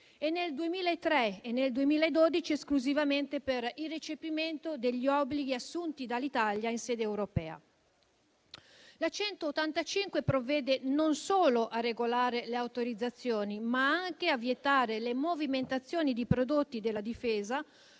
nel 2003 e nel 2012, esclusivamente per il recepimento degli obblighi assunti dall'Italia in sede europea. La legge n. 185 del 1990 provvede non solo a regolare le autorizzazioni, ma anche a vietare le movimentazioni di prodotti della difesa